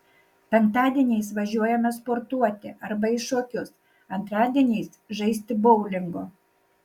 penktadieniais važiuojame sportuoti arba į šokius antradieniais žaisti boulingo